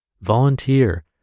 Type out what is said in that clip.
Volunteer